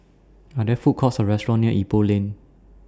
Are There Food Courts Or restaurants near Ipoh Lane